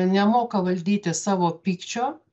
nemoka valdyti savo pykčio